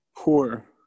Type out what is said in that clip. poor